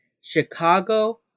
Chicago